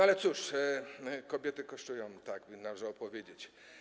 Ale cóż, kobiety kosztują, tak by należało powiedzieć.